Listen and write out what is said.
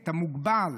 את המוגבל,